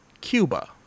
Cuba